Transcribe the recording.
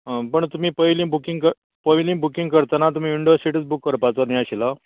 आं पण तुमी पयलीं बुकींग कर पयलीं बुकींग करताना तुमी विंडो सिटूच बूक करपाचो नी आशिल्लो